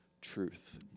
truth